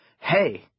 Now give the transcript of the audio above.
Hey